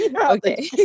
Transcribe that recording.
Okay